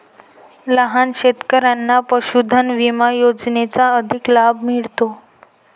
लहान शेतकऱ्यांना पशुधन विमा योजनेचा अधिक लाभ मिळतो